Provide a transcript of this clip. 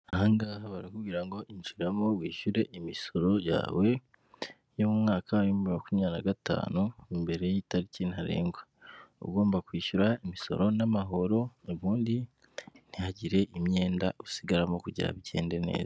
Aha ngaha barakumbwira ngo injiramo wishyure imisoro yawe y'umwaka w'ibihumbi bibiri na makumyabir na gatanu, mbere y'itariki ntarengwa, uba ugomba kwishyura imisoro n'amahoro ubundi ntihagire imyenda usigaramo kujya bigende neza.